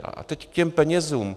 A teď k těm penězům.